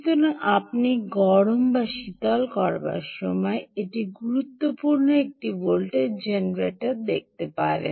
সুতরাং আপনি গরম বা শীতল করার সময় এটি গুরুত্বপূর্ণ একটি ভোল্টেজ জেনারেটর দেখতে পারেন